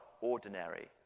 ordinary